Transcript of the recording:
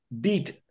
beat